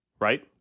Right